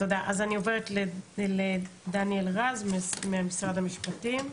אני עוברת לדניאל רז ממשרד המשפטים.